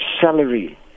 salary